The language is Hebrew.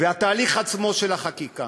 והתהליך עצמו של החקיקה